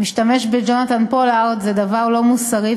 משתמש בג'ונתן פולארד זה דבר לא מוסרי,